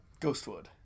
Ghostwood